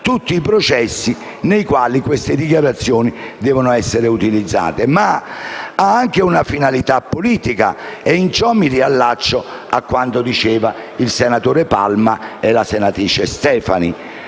tutti i processi nei quali queste dichiarazioni devono essere utilizzate. Ma la richiesta ha anche una finalità politica e in ciò mi riallaccio a quanto dicevano il senatore Palma e la senatrice Stefani.